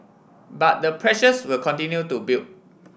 but the pressures will continue to build